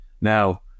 Now